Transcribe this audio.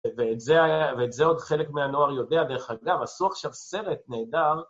ואת זה עוד חלק מהנוער יודע דרך אגב, עשו עכשיו סרט נהדר.